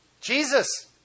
Jesus